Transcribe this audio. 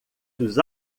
dos